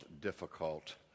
difficult